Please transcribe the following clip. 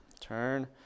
Turn